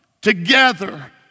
together